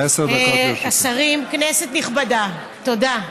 השרים, כנסת נכבדה, תודה,